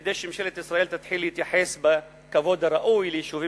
כדי שממשלת ישראל תתחיל להתייחס בכבוד הראוי ליישובים